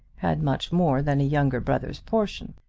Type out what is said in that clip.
had much more than a younger brother's portion.